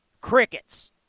Crickets